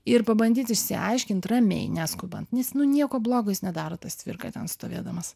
ir pabandyti išsiaiškint ramiai neskubant nes nu nieko blogo jis nedaro tas cvirka ten stovėdamas